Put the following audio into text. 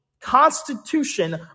Constitution